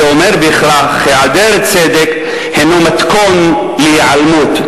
זה אומר בהכרח: היעדר צדק הינו מתכון להיעלמות.